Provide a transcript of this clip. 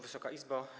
Wysoka Izbo!